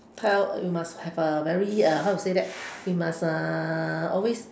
we must have a very uh how to say that we must uh always